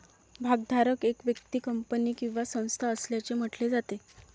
भागधारक एक व्यक्ती, कंपनी किंवा संस्था असल्याचे म्हटले जाते